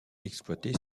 exploité